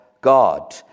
God